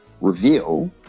reveal